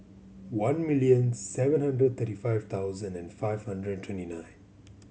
one million seven hundred thirty five thousand and five hundred twenty nine